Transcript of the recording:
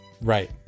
right